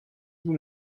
vous